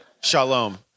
Shalom